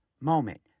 moment